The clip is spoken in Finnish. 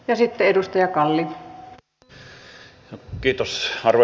arvoisa puhemies